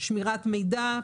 שמירת מידע,